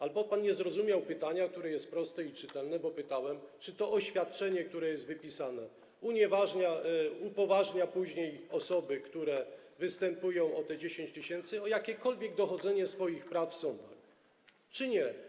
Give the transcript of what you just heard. Albo pan nie zrozumiał pytania, które jest proste i czytelne, bo pytałem, czy to oświadczenie, które jest wypisane, upoważnia później osoby, które występują o te 10 tys., do jakiegokolwiek dochodzenia swoich praw w sądach, czy nie.